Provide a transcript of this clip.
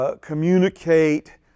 Communicate